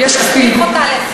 העם הסמיך אותה לכך,